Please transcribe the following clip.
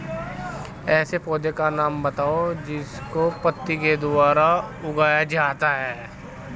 ऐसे पौधे का नाम बताइए जिसको पत्ती के द्वारा उगाया जाता है